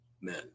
men